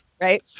Right